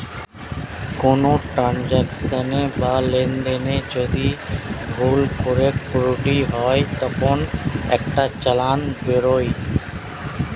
কোনো ট্রান্সাকশনে বা লেনদেনে যদি ভুল করে ত্রুটি হয় তখন একটা চালান বেরোয়